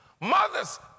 mothers